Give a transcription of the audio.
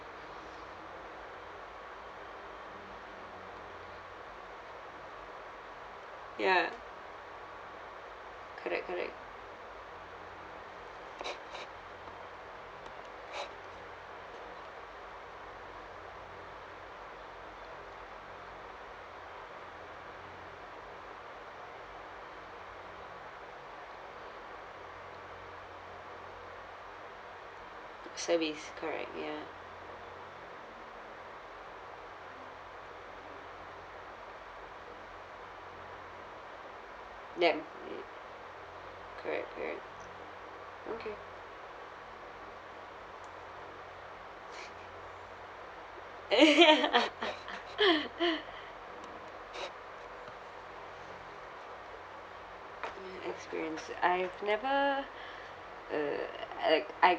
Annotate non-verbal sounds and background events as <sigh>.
ya correct correct service correct ya them eh correct correct okay <laughs> mm experience I've never uh ugh I